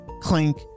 clink